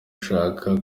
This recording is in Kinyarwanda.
gushaka